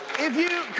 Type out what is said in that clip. if you